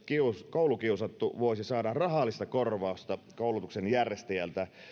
koulukiusattu voisi saada rahallista korvausta koulutuksen järjestäjältä